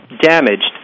damaged